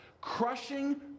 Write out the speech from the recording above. crushing